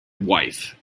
wife